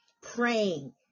praying